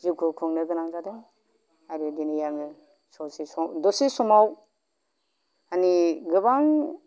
जिउखौ खुंनो गोनां जादों आरो दिनै आङो ससे सम दसे समाव माने गोबां